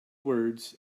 words